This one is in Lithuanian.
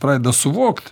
pradeda suvokt